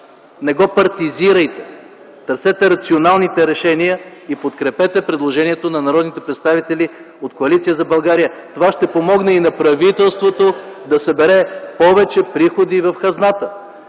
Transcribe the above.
не го партизирайте. Търсете рационалните решения и подкрепете предложението на народните представители от Коалиция за България. Това ще помогне и на правителството да събере повече приходи в хазната.